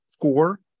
four